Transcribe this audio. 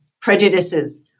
prejudices